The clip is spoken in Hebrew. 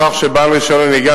בכך שבעל רשיון הנהיגה,